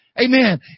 Amen